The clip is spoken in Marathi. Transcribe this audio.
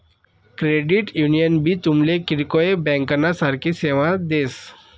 क्रेडिट युनियन भी तुमले किरकोय ब्यांकना सारखी सेवा देस